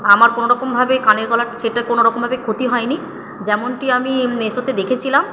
আমার কোনো রকমভাবে কানের গলার সেটটার কোনো রকমভাবে ক্ষতি হয়নি যেমনটি আমি মিশোতে দেখেছিলাম